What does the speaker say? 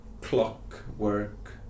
clockwork